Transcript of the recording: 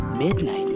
Midnight